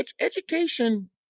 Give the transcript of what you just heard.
education